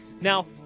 Now